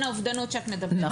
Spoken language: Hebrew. האובדנות שאת מדברת לבין החרמות.